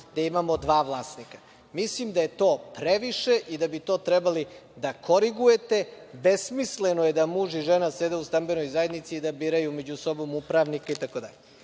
gde imamo dva vlasnika? Mislim da je to previše i da bi to trebali da korigujete. Besmisleno je da muž i žena sede u stambenoj zajednici i da biraju među sobom upravnike itd. Bilo